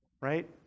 Right